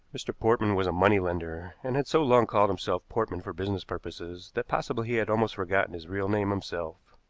mr. portman was a money-lender, and had so long called himself portman for business purposes that possibly he had almost forgotten his real name himself.